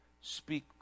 speak